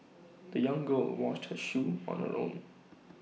the young girl washed her shoes on her own